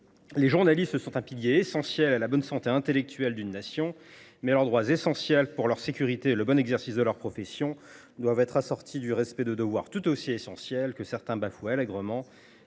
Les journalistes sont un pilier essentiel à la bonne santé intellectuelle d’une nation, mais les droits fondamentaux sur lesquels reposent leur sécurité et le bon exercice de leur profession doivent être assortis du respect de devoirs tout aussi cruciaux, que certains bafouent pourtant